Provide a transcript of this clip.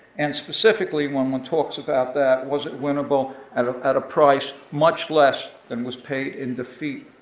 and specifically when one talks about that, was it winnable at at a price much less than was paid in defeat?